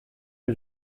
que